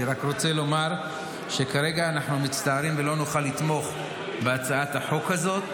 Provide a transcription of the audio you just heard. אני רק רוצה לומר שכרגע אנחנו מצטערים ולא נוכל לתמוך בהצעת החוק הזאת,